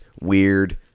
weird